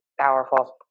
powerful